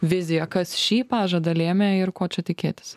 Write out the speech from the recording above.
viziją kas šį pažadą lėmė ir ko čia tikėtis